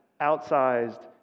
outsized